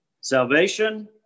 Salvation